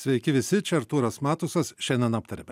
sveiki visi čia artūras matusas šiandien aptariame